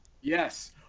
Yes